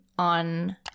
on